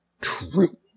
true